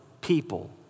people